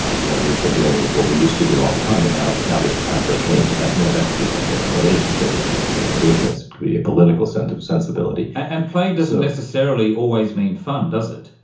ah you know we've been doing what we used to do all the time and now now there is time for a change. and that you know that could be something in a relationship, it could be something in a business, it could be a political sensibility. and play doesn't necessarily always mean fun, does it.